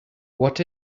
what